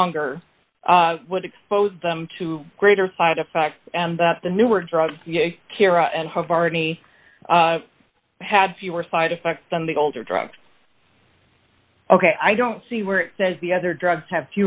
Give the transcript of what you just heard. longer would expose them to greater side effect and that the newer drugs have already had fewer side effects than the older drugs ok i don't see where it says the other drugs have